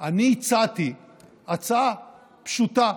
אני הצעתי הצעה פשוטה,